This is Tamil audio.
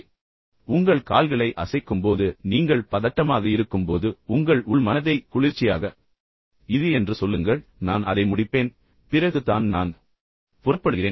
உண்மையில் உங்கள் கால்களை அசைக்கும்போது நீங்கள் பதட்டமாக இருக்கும்போது உங்கள் உள் மனதை குளிர்ச்சியாக இரு என்று சொல்லுங்கள் நான் அதை முடிப்பேன் பிறகு தான் நான் புறப்படுகிறேன்